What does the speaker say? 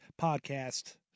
podcast